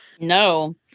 No